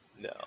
no